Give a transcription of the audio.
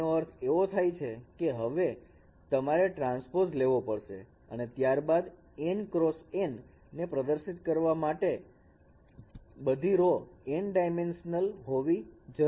જેનો અર્થ એવો થાય છે કે હવે તમારે ટ્રાન્સપોઝ લેવો પડશે અને ત્યારબાદ n x n ને પ્રદર્શિત કરવા માટે બધી જ રો n ડાયમેન્શનલ હોવી જરુરી છે